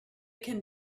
can